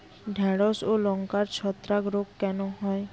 ঢ্যেড়স ও লঙ্কায় ছত্রাক রোগ কেন হয়?